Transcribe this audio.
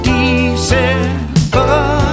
December